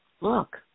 look